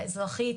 האזרחית.